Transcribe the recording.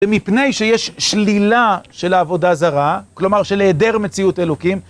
ומפני שיש שלילה של העבודה זרה, כלומר של העידר מציאות אלוקים